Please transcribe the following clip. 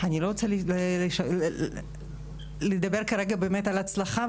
אני לא רוצה לדבר כרגע באמת על הצלחה,